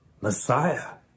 Messiah